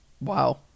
Wow